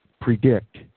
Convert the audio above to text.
predict